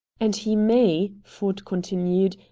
and he may, ford continued,